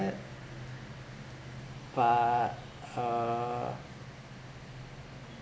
that but uh